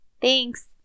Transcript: Thanks